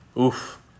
oof